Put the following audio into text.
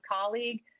colleague